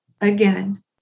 again